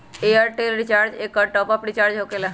Airtel recharge एकर top off recharge होकेला?